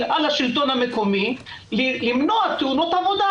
על השלטון המקומי למנוע תאונות עבודה.